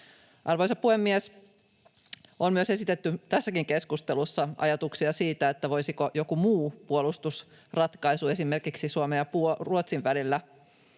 Arvoisa puhemies! On myös esitetty tässäkin keskustelussa ajatuksia siitä, voisiko joku muu puolustusratkaisu esimerkiksi Suomen ja Ruotsin välillä